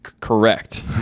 Correct